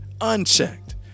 Unchecked